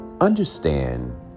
understand